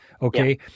Okay